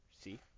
See